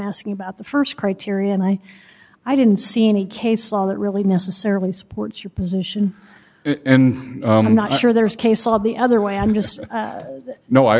asking about the st criteria and i i didn't see any case law that really necessarily supports your position and i'm not sure there's case law the other way i'm just no i